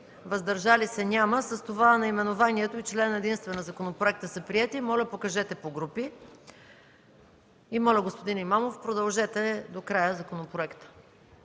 въздържали се няма. С това наименованието и член единствен на законопроекта са приети. Моля, господин Имамов, продължете до края законопроекта.